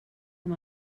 amb